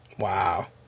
Wow